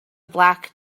black